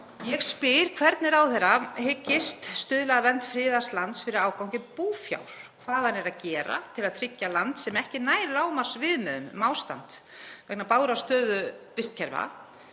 ég spyr hvernig ráðherra hyggist stuðla að vernd friðaðs lands fyrir ágangi búfjár, hvað hann sé að gera til að tryggja að land, sem ekki nær lágmarksviðmiðum um ástand vegna bágrar stöðu vistkerfa,